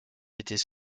étaient